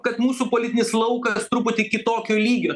kad mūsų politinis laukas truputį kitokio lygio